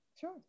Sure